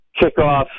kickoff